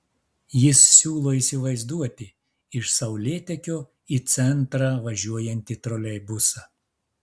jis siūlo įsivaizduoti iš saulėtekio į centrą važiuojantį troleibusą